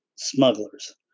Smugglers